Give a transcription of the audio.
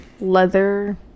leather